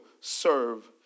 serve